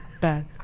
bad